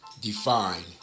define